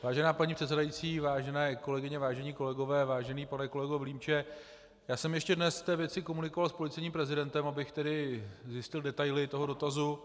Vážená paní předsedající, vážené kolegyně, vážení kolegové, vážený pane kolego Vilímče, já jsem ještě dnes v té věci komunikoval s policejním prezidentem, abych zjistil detaily toho dotazu.